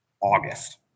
August